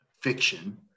fiction